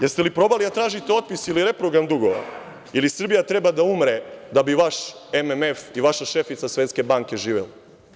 Jeste li probali da tražite otpis ili reprogram dugova ili Srbija treba da umre da bi vaš MMF i vaša šefica Svetske banke živeli.